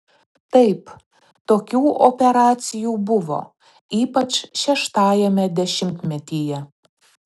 taip tokių operacijų buvo ypač šeštajame dešimtmetyje